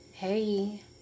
Hey